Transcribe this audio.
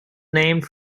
named